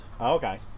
Okay